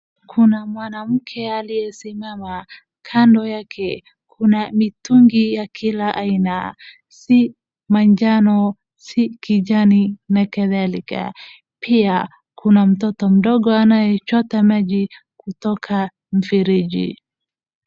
Kuna mwanamke aliye simama, kando yake kuna mitungi ya kila aina, si manjano, si kijani, na kadhalika. Pia, kuna mtoto mdogo anayechota maji kutoka mfereji.